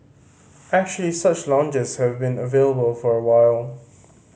actually such lounges have been available for a while